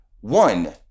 One